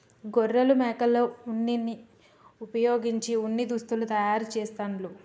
గొర్రెలు మేకల ఉన్నిని వుపయోగించి ఉన్ని దుస్తులు తయారు చేస్తాండ్లు